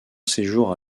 séjour